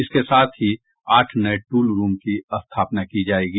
इसके साथ ही आठ नये टूल रूम की स्थापना की जायेगी